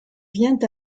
vient